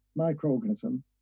microorganism